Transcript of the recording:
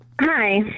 hi